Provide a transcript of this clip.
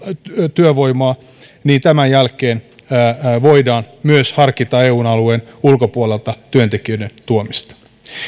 työvoimaa niin tämän jälkeen voidaan myös harkita eun alueen ulkopuolelta työntekijöiden tuomista